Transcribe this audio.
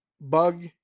bug